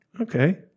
Okay